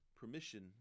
permission